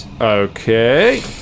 Okay